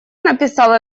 написал